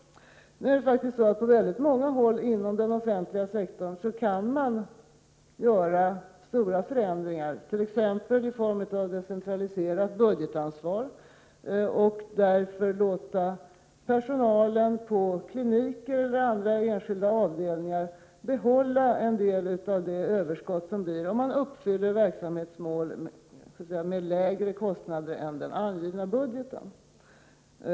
Nu är det faktiskt så att på väldigt många håll inom den offentliga sektorn kan man göra stora förändringar, t.ex. i form av decentraliserat budgetansvar, och låta personalen på kliniker eller andra enskilda avdelningar behålla en del av det överskott som uppstår om man uppfyller verksamhetsmål så att säga till lägre kostnad än vad som anges i budgeten.